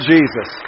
Jesus